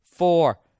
four